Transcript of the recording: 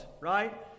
right